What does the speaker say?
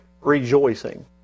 rejoicing